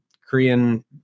Korean